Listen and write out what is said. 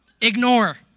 ignore